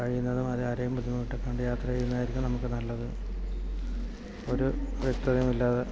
കഴിയുന്നതും ആരെയും ബുദ്ധിമുട്ടിക്കാണ്ട് യാത്ര ചെയ്യുന്നതായിരിക്കും നമുക്ക് നല്ലത് ഒരു വ്യക്തതയും ഇല്ലാതെ